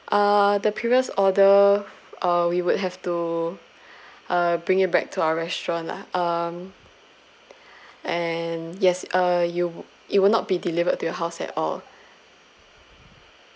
uh the previous order uh we would have to uh bring it back to our restaurant lah um and yes uh you it will not be delivered to your house at all